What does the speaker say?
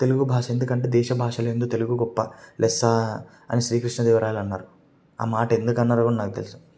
తెలుగు భాష ఎందుకంటే దేశ భాషలందు తెలుగు గొప్ప లెస్స అని శ్రీ కృష్ణ దేవరాయలు అన్నారు ఆ మాట ఎందుకన్నారో నాకు తెలుసు